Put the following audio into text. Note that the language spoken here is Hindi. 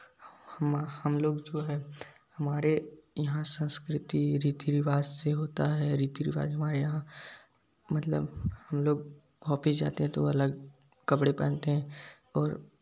हम हम लोग जो है हमारे यहाँ संस्कृति रीति रिवाज से होता है रीति रिवाज हमारे यहाँ मतलब हम लोग ऑफिस जाते हैं तो अलग कपड़े पहनते हैं और